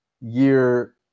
year